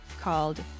called